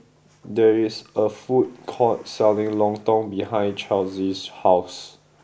there is a food court selling Lontong behind Charlsie's house